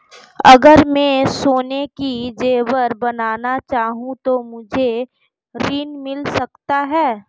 अगर मैं सोने के ज़ेवर बनाना चाहूं तो मुझे ऋण मिल सकता है?